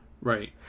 Right